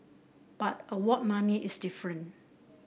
but award money is different